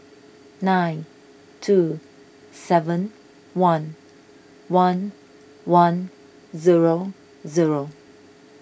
nine two seven one one one zero zero